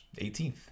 18th